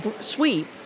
sweep